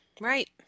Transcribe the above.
right